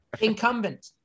Incumbent